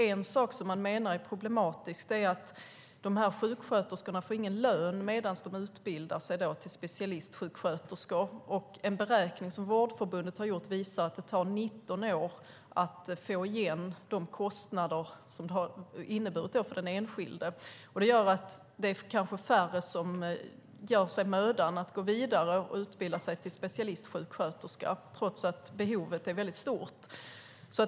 En sak som de menar är problematisk är att de här sjuksköterskorna inte får någon lön medan de utbildar sig till specialistsjuksköterskor. En beräkning som Vårdförbundet har gjort visar att det tar 19 år att få igen de kostnader som det har inneburit för den enskilda. Det innebär att det kanske är färre som tycker att det är mödan värt att gå vidare och utbilda sig till specialistsjuksköterskor trots att behovet är mycket stort.